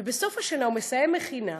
ובסוף השנה הוא מסיים מכינה,